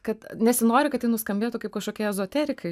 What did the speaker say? kad nesinori kad tai nuskambėtų kaip kažkokie ezoterikai